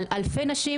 על אלפי נשים,